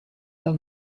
del